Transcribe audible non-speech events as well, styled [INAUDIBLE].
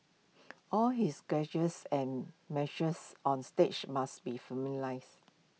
all his gestures and [UNINTELLIGIBLE] on stage must be [UNINTELLIGIBLE]